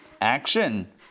action